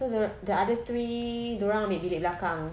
so the the other three dorang ambil bilik belakang